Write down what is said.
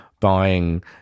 buying